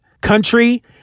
country